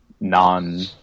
non